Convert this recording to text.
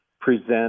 present